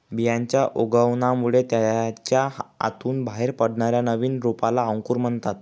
बियांच्या उगवणामुळे त्याच्या आतून बाहेर पडणाऱ्या नवीन रोपाला अंकुर म्हणतात